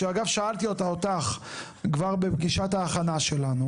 שאגב שאלתי אותה אותך כבר בפגישת ההכנה שלנו.